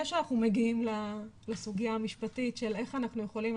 שאנחנו מגיעים לסוגיה המשפטית שהיא על איך אנחנו יכולים,